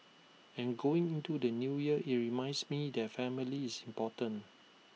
and going into the New Year IT reminds me that family is important